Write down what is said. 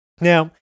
Now